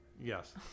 Yes